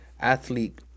athlete